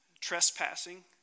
trespassing